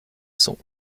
cents